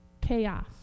Chaos